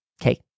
Okay